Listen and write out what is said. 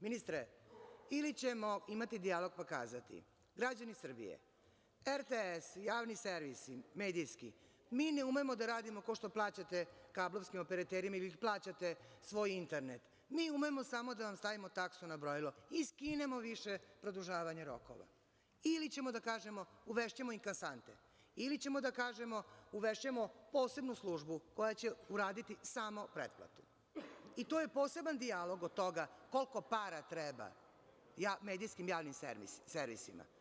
Ministre, ili ćemo imati dijalog pa kazati – građani Srbije, RTS, javni servis medijski, mi ne umemo da radimo kao što plaćate kablovskim operaterima i vi plaćate svoj internet, mi umemo samo da vam stavimo taksu na brojilo i skinimo više produžavanje rokova, ili ćemo da kažemo – uvešćemo im kasante, ili ćemo da kažemo – uvešćemo posebnu službu koja će uraditi samo pretplatu i to je poseban dijalog od toga koliko para treba medijskim javnim servisima.